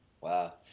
Wow